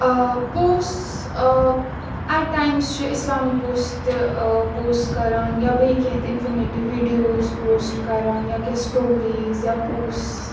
post at times چھِ Islamic post تہِ post کَران یا بیٚیہِ کینٛہہ تہِ اِنفٔمیٹِو ویٖڈیوز پوسٹ کَران یا کینٛہہ سٹوریٖز یا پوس